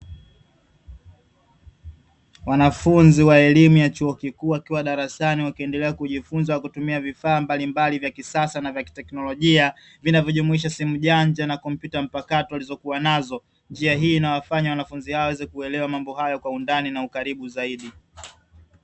Wanafunzi wa elimu ya chuo kikuu wakiwa darasani wakiendelea kujifunza kutumia vifaa mbalimbali vya kisasa na vya kiteknolojia, vinavyojumuisha simu janja na kompyuta mpakato walizokua nazo. Njia hii inawafanya wanafunzi hawa waweze kuelewa mambo haya kwa undani na ukaribu zaidi.